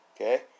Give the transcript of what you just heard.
Okay